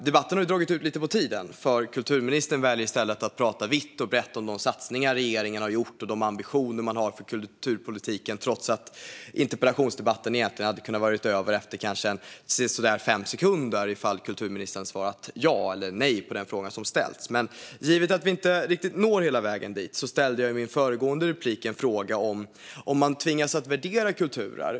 Debatten har dragit ut lite på tiden, för kulturministern väljer i stället att prata vitt och brett om de satsningar regeringen har gjort och de ambitioner man har för kulturpolitiken, trots att interpellationsdebatten egentligen hade kunnat var över efter sisådär fem sekunder om kulturministern hade svarat ja eller nej på den fråga som ställts. Vi når alltså inte riktigt hela vägen dit, men jag ställde i mitt föregående inlägg en fråga om vad svaret blir om man tvingas värdera kulturer.